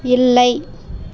இல்லை